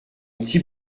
petit